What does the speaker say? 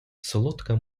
солодка